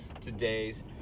today's